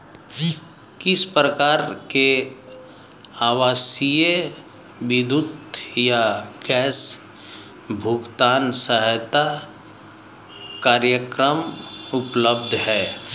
किस प्रकार के आवासीय विद्युत या गैस भुगतान सहायता कार्यक्रम उपलब्ध हैं?